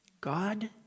God